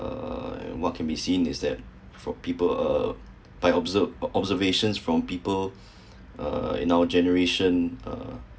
err what can be seen is that for people uh by obser~ by observations from people uh now generation uh